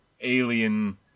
Alien